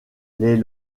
les